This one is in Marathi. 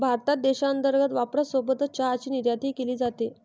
भारतात देशांतर्गत वापरासोबत चहाची निर्यातही केली जाते